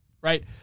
right